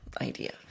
idea